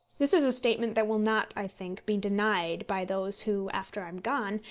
this is a statement that will not, i think, be denied by those who, after i am gone,